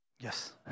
Yes